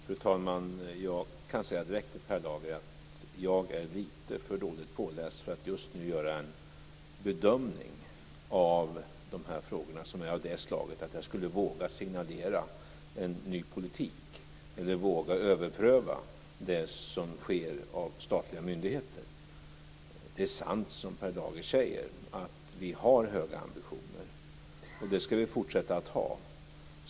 Fru talman! Jag kan direkt säga till Per Lager att jag är lite för dåligt påläst för att just nu göra en bedömning av dessa frågor av det slaget att jag skulle våga signalera en ny politik eller våga överpröva det som sker på uppdrag av statliga myndigheter. Det är sant som Per Lager säger att vi har höga ambitioner. Det ska vi fortsätta att ha.